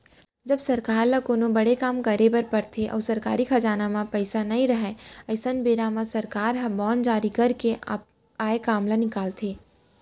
जब सरकार ल कोनो बड़े काम करे बर परथे अउ सरकारी खजाना म पइसा नइ रहय अइसन बेरा म सरकारो ह बांड जारी करके आए काम ल निकालथे